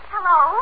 Hello